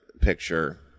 picture